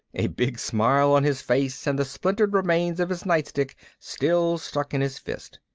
a big smile on his face and the splintered remains of his nightstick still stuck in his fist.